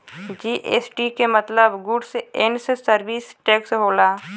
GST के मतलब goods and service tax होला